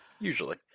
Usually